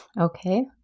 okay